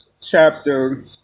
Chapter